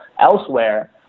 elsewhere